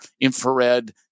infrared